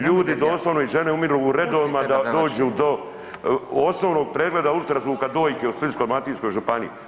Ljudi doslovno i žene umiru u redovima da dođu do osnovnog pregleda ultrazvuka dojke u Splitsko-dalmatinskoj županiji.